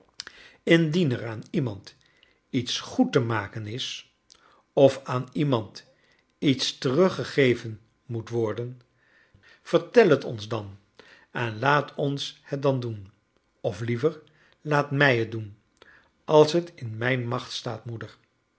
er aan iemand iets goed j te maken is of er aan iemand iets j teruggegeven moet worden vertel het ons dan en laat ons het dan doen of liever laat m ij het doen als het in mijn macht staat moeder